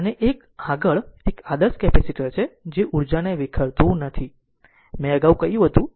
અને આગળ એક આદર્શ કેપેસિટર છે જે ઉર્જાને વિખેરતું નથી મેં અગાઉ કહ્યું હતું